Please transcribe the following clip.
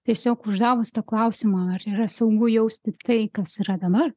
tiesiog uždavus klausimą ar yra saugu jausti tai kas yra dabar